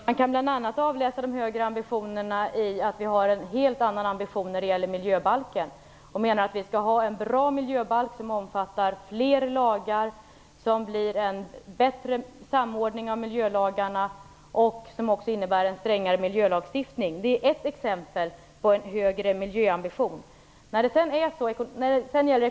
Herr talman! Dan Ericsson, man kan bl.a. utläsa de högre ambitionerna i att vi har en helt annan ambition när det gäller miljöbalken. Vi skall ha en bra miljöbalk som omfattar fler lagar, som innebär en bättre samordning av miljölagarna och en strängare miljölagstiftning. Det är ett exempel på en högre miljöambition.